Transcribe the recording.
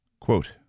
Quote